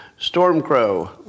Stormcrow